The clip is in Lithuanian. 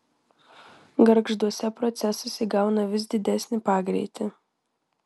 gargžduose procesas įgauna vis didesnį pagreitį